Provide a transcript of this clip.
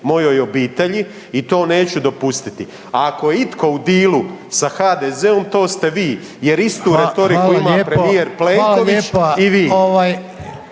mojoj obitelji i to neću dopustiti. Ako je itko u dilu sa HDZ-om to ste vi jer istu retoriku ima premijer Plenković